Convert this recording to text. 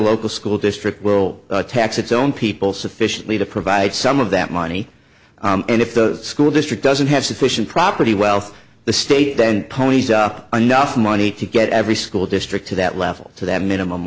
local school district will tax its own people sufficiently to provide some of that money and if the school district doesn't have sufficient property wealth the state then ponies up enough money to get every school district to that level to that minimum